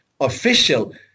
official